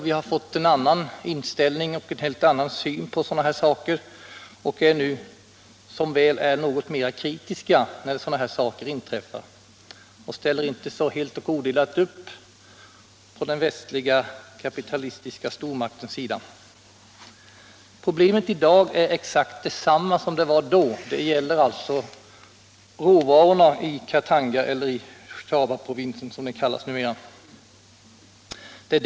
Vi har fått en annan inställning till och en helt annan syn på sådana här saker, och vi är nu, som väl är, något mer kritiska när sådana här saker inträffar. Vi ställer inte längre så helt och odelat upp på den västliga kapitalistiska stormaktens sida. Problemet i dag är exakt detsamma som det var då. Det gäller alltså råvarorna i Katanga eller Shabaprovinsen, som den numera kallas.